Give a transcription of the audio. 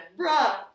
Bruh